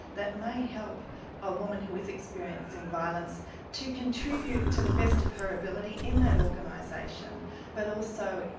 that may help a woman who is experiencing violence to contribute to the best of her ability in that organisation but also,